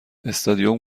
استادیوم